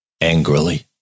angrily